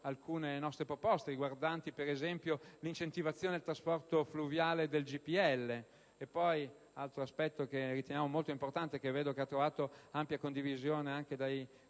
alcune nostre proposte riguardanti per esempio l'incentivazione del trasporto fluviale del GPL. Altro aspetto che riteniamo molto importante, e che ha trovato condivisione dei